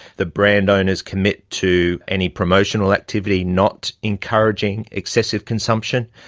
the brand owners commit to any promotional activity not encouraging excessive consumption.